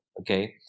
okay